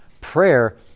Prayer